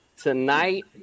Tonight